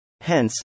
Hence